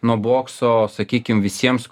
nuo bokso sakykim visiems